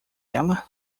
ela